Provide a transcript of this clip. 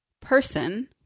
person